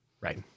Right